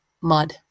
mud